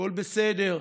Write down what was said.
הכול בסדר.